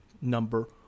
number